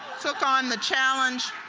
took on the challenge